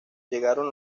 llegaron